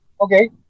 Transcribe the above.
Okay